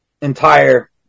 entire